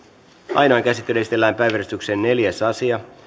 ainoaan käsittelyyn esitellään päiväjärjestyksen neljäs asia